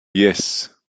yes